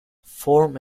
form